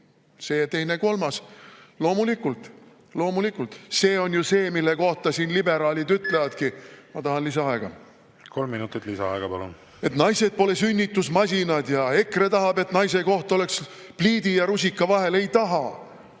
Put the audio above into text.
see ja teine-kolmas. Loomulikult, loomulikult. See on ju see, mille kohta siin liberaalid ütlevadki … Ma tahan lisaaega. Kolm minutit lisaaega, palun! Kolm minutit lisaaega, palun! … et naised pole sünnitusmasinad ja EKRE tahab, et naise koht oleks pliidi ja rusika vahel. Ei taha!